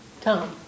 Tom